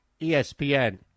ESPN